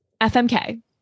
FMK